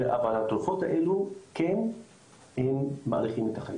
אבל התרופות האלו כן מאריכות את החיים.